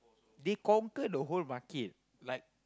they conquer the whole market like